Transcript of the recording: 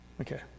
okay